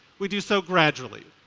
we do so gradually.